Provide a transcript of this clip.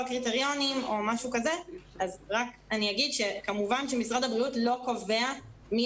קריטריונים או משהו כזה אגיד שמשרד הבריאות לא קובע מי